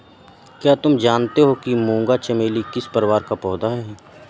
क्या तुम जानते हो कि मूंगा चमेली किस परिवार का पौधा है?